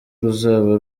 ruzaba